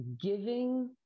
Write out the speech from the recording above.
Giving